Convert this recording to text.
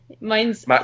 Mine's